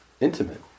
intimate